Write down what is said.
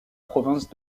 province